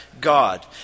God